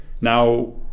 Now